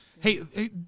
Hey